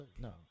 No